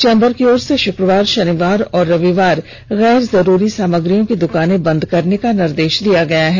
chamber की ओर से शुक्रवार शनिवार और रविवार को गैर जरूरी सामग्रियों की दुकानें बंद करने का निर्देश दिया गया है